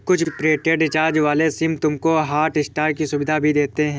कुछ prepaid recharge वाले SIM तुमको हॉटस्टार की सुविधा भी देते हैं